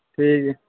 ᱴᱷᱤᱠ ᱜᱮᱭᱟ